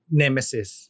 nemesis